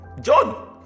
John